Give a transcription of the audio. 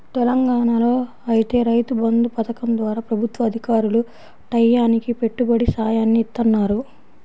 తెలంగాణాలో ఐతే రైతు బంధు పథకం ద్వారా ప్రభుత్వ అధికారులు టైయ్యానికి పెట్టుబడి సాయాన్ని ఇత్తన్నారు